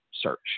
search